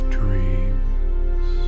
dreams